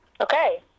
Okay